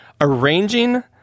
arranging